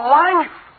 life